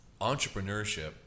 entrepreneurship